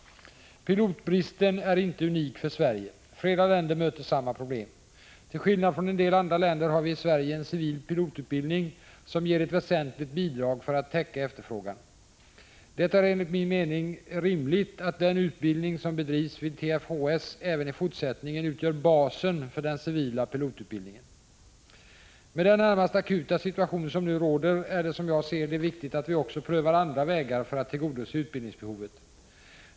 Pilotbristen är inte unik för Sverige. Flera länder möter samma problem. Till skillnad från en del andra länder har vi i Sverige en civil pilotutbildning som ger ett väsentligt bidrag för att täcka efterfrågan. Det är enligt min mening rimligt att den utbildning som bedrivs vid TFHS även i fortsättningen utgör basen för den civila pilotutbildningen. Med den närmast akuta situation som nu råder är det som jag ser det viktigt att vi också prövar andra vägar för att tillgodose utbildningsbehovet.